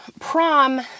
prom